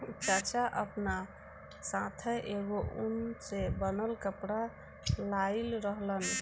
चाचा आपना साथै एगो उन से बनल कपड़ा लाइल रहन